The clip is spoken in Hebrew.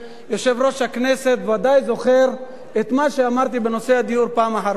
יושב-ראש הכנסת ודאי זוכר את מה שאמרתי בנושא הדיור פעם אחר פעם.